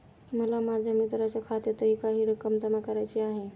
मला माझ्या मित्राच्या खात्यातही काही रक्कम जमा करायची आहे